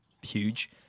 huge